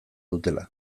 dutela